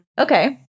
Okay